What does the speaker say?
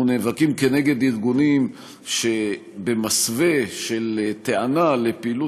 אנחנו נאבקים כנגד ארגונים שבמסווה של טענה לפעילות